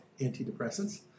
antidepressants